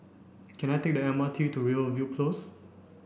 can I take the M R T to Rivervale Close